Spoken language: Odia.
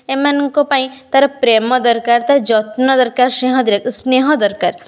ଏମାନଙ୍କ ପାଇଁ ତା'ର ପ୍ରେମ ଦରକାର ତା'ର ଯତ୍ନ ଦରକାର ଦରକାର ସ୍ନେହ ଦରକାର